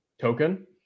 token